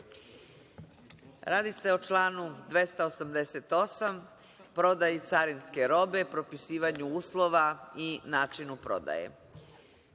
Radi se o članu 288, prodaji carinske robe, propisivanju uslova i načinu prodaje.